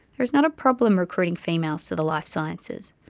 there is not a problem recruiting females to the life sciences,